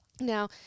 now